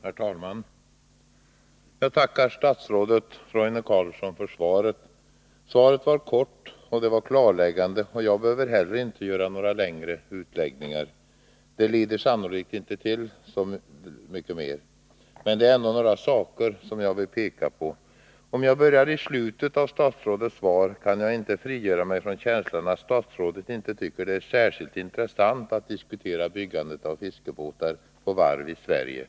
Herr talman! Jag tackar statsrådet Roine Carlsson för svaret. Svaret var kort och klarläggande, och jag behöver inte heller göra några längre utläggningar. Det leder sannolikt inte till så mycket mer. Men det är ändå några saker jag vill peka på. Om jag börjar i slutet av statsrådets svar, kan jag inte frigöra mig från känslan att statsrådet inte tycker det är särskilt intressant att diskutera byggandet av fiskebåtar på varv i Sverige.